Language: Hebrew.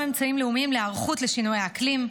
אמצעים לאומיים להיערכות לשינויי האקלים,